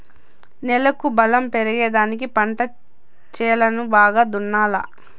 నేలకు బలం పెరిగేదానికి పంట చేలను బాగా దున్నాలా